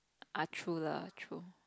ah true lah true